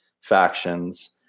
factions